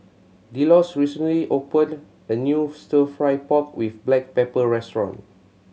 Delos recently opened a new Stir Fry pork with black pepper restaurant